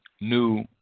new